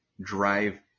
drive